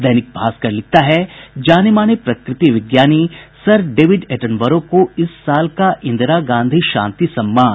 दैनिक भास्कर लिखता है जाने माने प्रकृति विज्ञानी सर डेविड एटनबरो को इस साल का इंदिरा गांधी शांति सम्मान